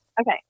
Okay